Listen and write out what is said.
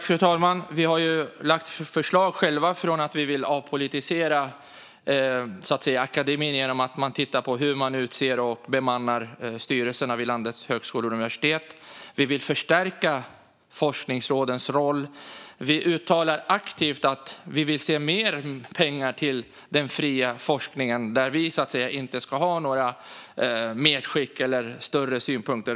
Fru talman! Vi har själva lagt fram förslag om att vi vill avpolitisera akademin genom att man tittar på hur man utser och bemannar styrelserna vid landets högskolor och universitet. Vi vill förstärka forskningsrådens roll. Vi uttalar aktivt att vi vill se mer pengar till den fria forskningen, där vi inte ska ha några medskick eller större synpunkter.